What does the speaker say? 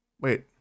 wait